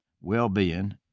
well-being